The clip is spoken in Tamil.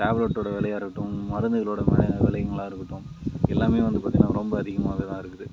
டேப்லெட்டோட விலையா இருக்கட்டும் மருந்துகளோட விலைங்களா இருக்கட்டும் எல்லாமே வந்து பார்த்திங்ன்னா ரொம்ப அதிகமாகவே தான் இருக்குது